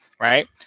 right